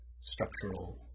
structural